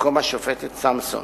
במקום השופטת סמסון